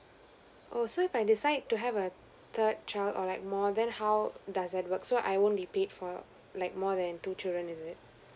oh so if I decide to have a third child or like more than how does it work so I won't be paid for like more than two children is it